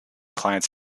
clients